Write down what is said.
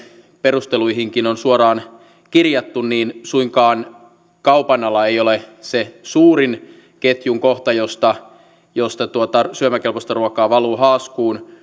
perusteluihinkin on suoraan kirjattu suinkaan kaupan ala ei ole se suurin ketjun kohta josta josta tuota syömäkelpoista ruokaa valuu haaskuuseen